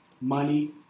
money